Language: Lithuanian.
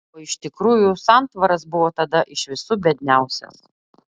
o iš tikrųjų santvaras buvo tada iš visų biedniausias